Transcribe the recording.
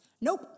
Nope